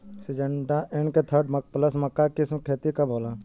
Syngenta NK thirty plus मक्का के किस्म के खेती कब होला?